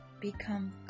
become